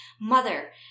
mother